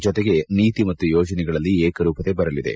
ಜೊತೆಗೆ ನೀತಿ ಮತ್ತು ಯೋಜನೆಗಳಲ್ಲಿ ಏಕರೂಪತೆ ಬರಲಿದೆ